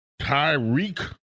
Tyreek